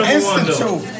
Institute